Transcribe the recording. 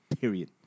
Period